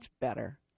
better